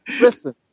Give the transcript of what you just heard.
Listen